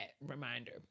reminder